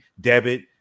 debit